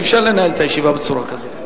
אי-אפשר לנהל את הישיבה בצורה כזאת.